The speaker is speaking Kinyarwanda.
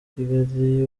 kigali